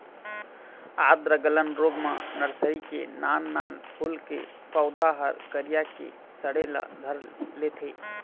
आद्र गलन रोग म नरसरी के नान नान फूल के पउधा ह करिया के सड़े ल धर लेथे